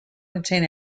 contain